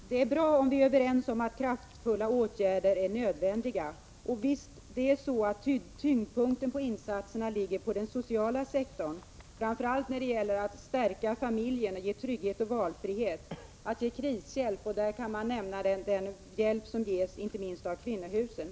Herr talman! Det är bra om vi är överens om att kraftfulla åtgärder är nödvändiga. Visst är det så att tyngdpunkten i insatserna måste ligga på den sociala sektorn, framför allt när det gäller att stärka familjen och ge trygghet och valfrihet och att ge krishjälp. Inte minst kan man nämna den hjälp som Nr 94 ges av kvinnohusen.